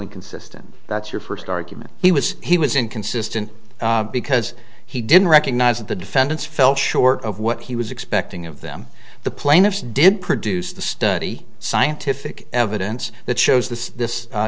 inconsistent that's your first argument he was he was inconsistent because he didn't recognize that the defendants fell short of what he was expecting of them the plaintiff did produce the study scientific evidence that shows the this